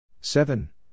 Seven